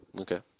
Okay